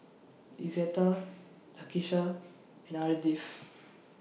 Izetta Lakesha and Ardith